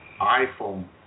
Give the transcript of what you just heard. iPhone